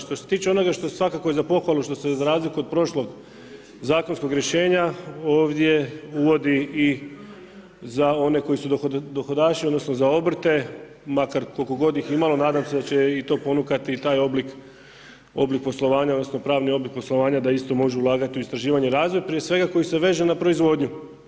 Što se tiče onoga što svakako je za pohvalu, što se za razliku od prošlog zakonskog rješenja ovdje uvodi i za one koji su dohodaši, odnosno, za obrte, makar, koliko godi ih imalo, nadam se da će i to ponukati i taj oblik poslovanja, odnosno, pravni oblik poslovanja da isto može ulagati u istraživanje i razvoj, prije svega koji se veže na proizvodnju.